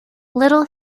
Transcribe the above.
little